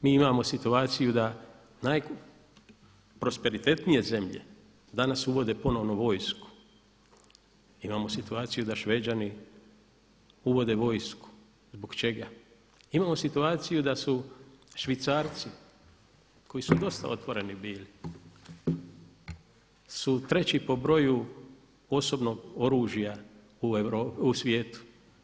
Mi imamo situaciju da najprosperitetnije zemlje danas uvode ponovno vojsku, imamo situaciju da Šveđani uvode vojsku zbog čega, imamo situaciju da su Švicarci koji su dosta otvoreni bili su treći po broju osobnog oružja u svijetu.